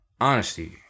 honesty